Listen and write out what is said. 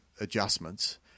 adjustments